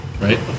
right